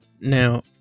now